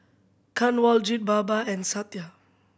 Kanwaljit Baba and Satya